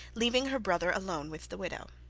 leaving her brother alone with the widow.